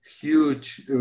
huge